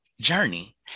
journey